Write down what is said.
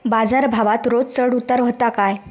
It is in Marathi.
बाजार भावात रोज चढउतार व्हता काय?